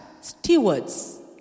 stewards